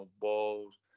balls